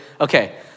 Okay